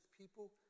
people